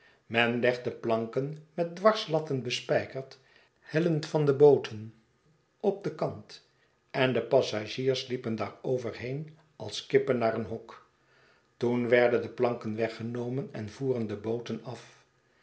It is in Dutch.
men legde planken met dwarslatten bespijkerd hellend van de booten op den kant en de passagiers liepen daarover heen als kippen naar een hok toen werden de planken weggenomen en voeren de booten af